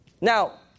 Now